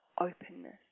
openness